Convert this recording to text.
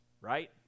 right